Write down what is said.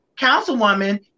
councilwoman